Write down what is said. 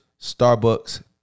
Starbucks